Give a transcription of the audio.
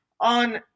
on